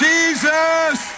Jesus